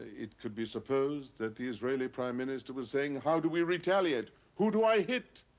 it could be supposed that the israeli prime minister was saying, how do we retaliate? who do i hit?